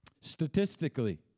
Statistically